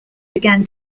began